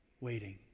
waiting